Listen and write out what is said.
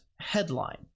headline